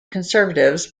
conservatives